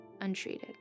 untreated